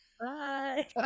bye